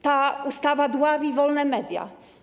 Ta ustawa dławi wolne media.